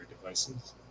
devices